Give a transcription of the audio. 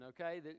okay